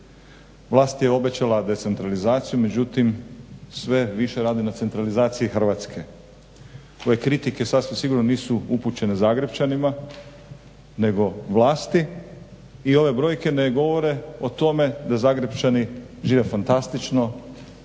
Vlast je obećala decentralizaciju, međutim sve više radi na centralizaciji Hrvatske. Ove kritike sasvim sigurno nisu upućene zagrepčanima, nego vlasti i ove brojke ne govore o tome da zagrepčani žive fantastično